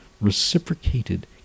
reciprocated